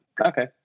okay